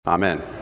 Amen